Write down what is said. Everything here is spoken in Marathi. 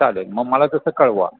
चालेल मग मला तसं कळवा